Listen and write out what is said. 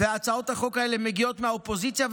הצעות החוק האלה מגיעות מהאופוזיציה,